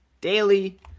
daily